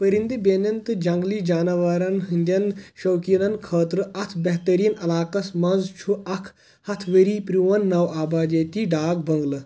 پرِندٕ بیٚنٮ۪ن تہٕ جنٛگلی جاناوارن ہندین شوٗقیٖنن خٲطرٕ اتھ بہتٔریٖن علاقس منٛز چھُ اكھ ہتھ ؤری پرٛون نوآبادیٲتی ڈاک بنگلہٕ